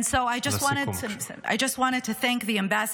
And so I just wanted to thank the ambassadors